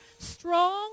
strong